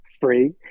free